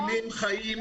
מצילים חיים,